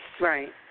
Right